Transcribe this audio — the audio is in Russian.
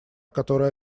которая